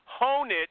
Honeit